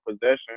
possession